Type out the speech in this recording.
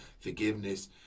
forgiveness